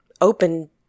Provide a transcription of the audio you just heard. open